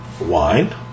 wine